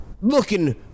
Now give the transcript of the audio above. looking